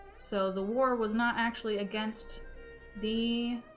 so the war was not actually against the